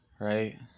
right